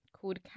called